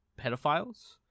pedophiles